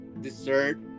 dessert